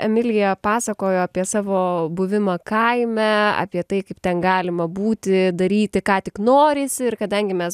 emilija pasakojo apie savo buvimą kaime apie tai kaip ten galima būti daryti ką tik norisi ir kadangi mes